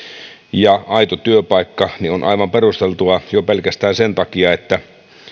ja aito työpaikka ovat aivan perusteltuja jo pelkästään sen takia että